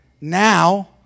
Now